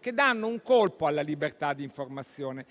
quest'Assemblea), alla libertà di informazione.